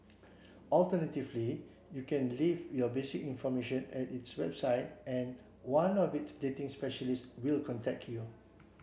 alternatively you can leave your basic information at its website and one of its dating specialists will contact you